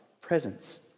presence